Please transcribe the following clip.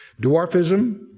Dwarfism